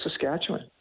Saskatchewan